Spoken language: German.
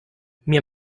mir